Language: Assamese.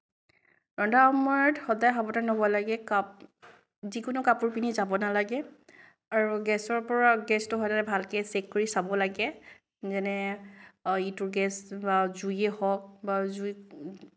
ৰন্ধাৰ সময়ত সদায় সাৱধান হ'ব লাগে কাপ যিকোনো কাপোৰ পিন্ধি যাব নালাগে আৰু গেছৰ পৰা গেছটো সদায় ভালকে চেক কৰি চাব লাগে যেনে ইটো গেছ জুইয়ে হওঁক বা জুই